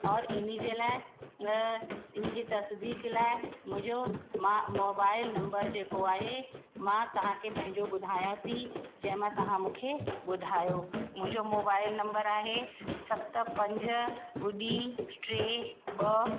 और हिनजे लाइ हिन जी तस्दीक लाइ मुंहिंजो मां मोबाइल नंबर जेको आहे मां तव्हांखे पंहिंजो ॿुधाया थी जंहिं मां तव्हां मूंखे ॿुधायो मुंहिंजो मोबाइल नंबर आहे सत पंज ॿुड़ी टे ॿ